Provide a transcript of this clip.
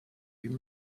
been